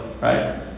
right